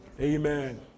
Amen